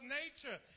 nature